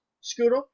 Scooter